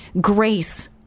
grace